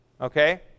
okay